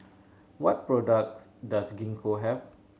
what products does Gingko have